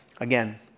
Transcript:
again